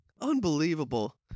Unbelievable